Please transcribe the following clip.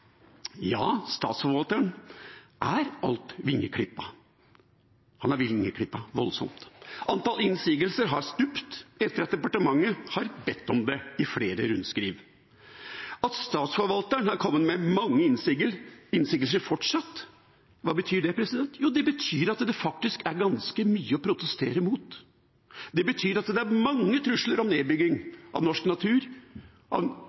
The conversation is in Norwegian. Ja, Statsforvalteren er alt vingeklippet. Han er vingeklippet noe voldsomt. Antall innsigelser har stupt etter at departementet har bedt om det i flere rundskriv. At Statsforvalteren fortsatt har kommet med mange innsigelser, hva betyr det? Jo, det betyr at det faktisk er ganske mye å protestere mot. Det betyr at det er mange trusler om nedbygging av